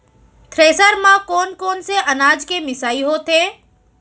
Thresher म कोन कोन से अनाज के मिसाई होथे?